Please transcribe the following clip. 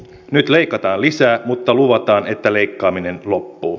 nyt leikataan lisää mutta luvataan että leikkaaminen loppuu